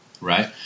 right